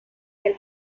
del